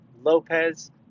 lopez